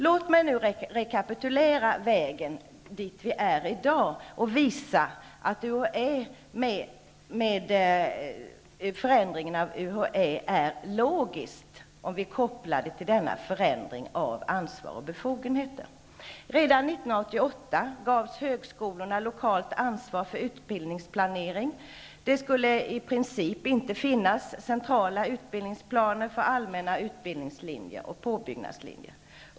Låt mig nu rekapitulera vägen fram till dagens situation och visa att förändringen av UHÄ är logisk, om vi kopplar det hela till förändringen av ansvar och befogenheter. Redan år 1988 gavs högskolorna lokalt ansvar för utbildningsplanering. Det skulle i princip inte finnas centrala utbildningsplaner för allmänna utbildningslinjer och påbyggnadslinjer.